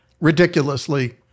Ridiculously